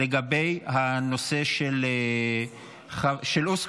לגבי הנושא של "אוסקוט"